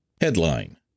Headline